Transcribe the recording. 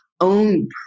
own